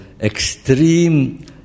extreme